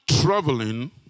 traveling